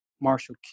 Marshall